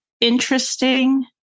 interesting